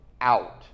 out